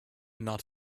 not